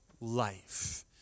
life